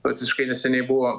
vat visiškai neseniai buvo